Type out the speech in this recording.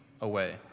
away